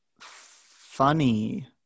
Funny